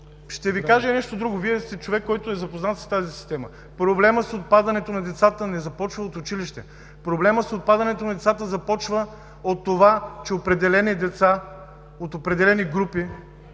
Ще Ви кажа и нещо друго. Вие сте човек, който е запознат с тази система. Проблемът с отпадането на децата не започва от училище. Проблемът с отпадането на децата започва от това, че определени деца, от определени групи